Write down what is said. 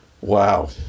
Wow